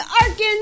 Arkansas